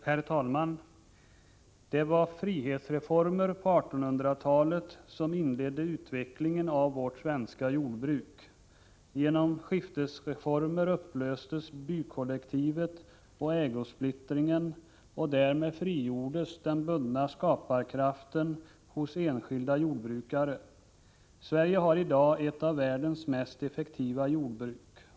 Herr talman! Det var frihetsreformer på 1800-talet som inledde utvecklingen av vårt svenska jordbruk. Genom skiftesreformer upplöstes bykollektivet och ägosplittringen, och därmed frigjordes den bundna skaparkraften hos enskilda jordbrukare. Sverige har i dag ett av världens mest effektiva jordbruk.